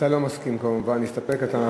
אתה לא מסכים, כמובן, להסתפק.